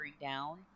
down